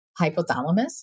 hypothalamus